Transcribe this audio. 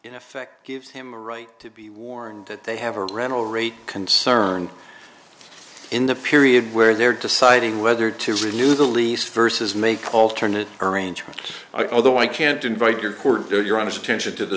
in effect gives him a right to be warned that they have a rental rate concerned in the period where they're deciding whether to renew the lease versus make alternate arrangements i although i can't invite your your honour's attention to the